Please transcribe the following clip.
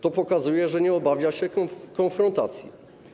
To pokazuje, że nie obawia się konfrontacji.